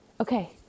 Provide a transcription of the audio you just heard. okay